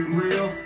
real